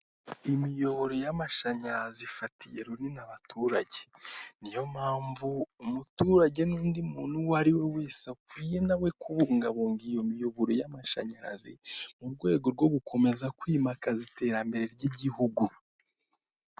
Igiti kirekire cyane giteye iruhande rw'umuhanda wa kaburimbo uca munsi y'ikiraro uri kugendwamo n'ipikipiki ndetse n'imodoka ebyiri ntoya hakurya hagaragara ibiti.